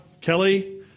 Kelly